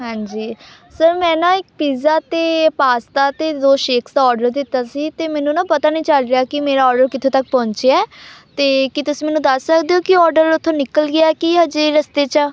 ਹਾਂਜੀ ਸਰ ਮੈਂ ਨਾ ਇੱਕ ਪੀਜ਼ਾ ਅਤੇ ਪਾਸਤਾ ਅਤੇ ਦੋ ਸ਼ੇਕਸ ਦਾ ਔਡਰ ਦਿੱਤਾ ਸੀ ਤਾਂ ਮੈਨੂੰ ਨਾ ਪਤਾ ਨਹੀਂ ਚੱਲ ਰਿਹਾ ਕਿ ਮੇਰਾ ਔਡਰ ਕਿੱਥੋਂ ਤੱਕ ਪਹੁੰਚਿਆ ਤਾਂ ਕੀ ਤੁਸੀਂ ਮੈਨੂੰ ਦੱਸ ਸਕਦੇ ਹੋ ਕਿ ਔਡਰ ਉੱਥੋਂ ਨਿਕਲ ਗਿਆ ਕਿ ਹਜੇ ਰਸਤੇ 'ਚ ਆ